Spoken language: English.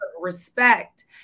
respect